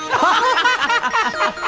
ah,